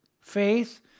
Faith